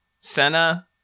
Senna